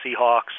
Seahawks